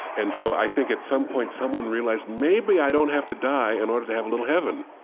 and so i think at some point someone realized, maybe i don't have to die in order to have a little heaven.